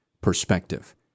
perspective